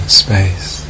space